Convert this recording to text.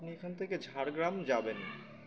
আপনি এখান থেকে ঝাড়গ্রাম যাবেন